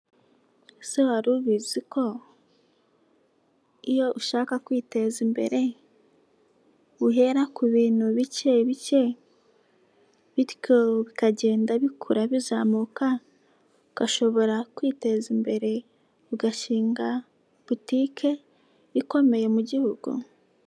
Ese wari ubizi ko iyo ushaka kwiteza imbere, uhera ku bintu bike bike, bityo bikagenda bikura bizamuka, ugashobora kwiteza imbere ugashinga botike ikomeye mu gihugu?